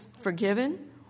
forgiven